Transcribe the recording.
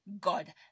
God